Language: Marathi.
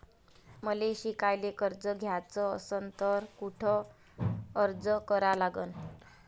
मले शिकायले कर्ज घ्याच असन तर कुठ अर्ज करा लागन?